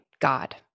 God